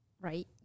right